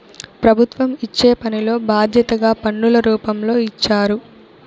ప్రభుత్వం ఇచ్చే పనిలో బాధ్యతగా పన్నుల రూపంలో ఇచ్చారు